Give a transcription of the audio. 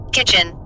Kitchen